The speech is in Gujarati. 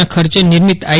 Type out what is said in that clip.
ના ખર્ચે નિર્મિત આઇ